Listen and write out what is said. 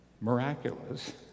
miraculous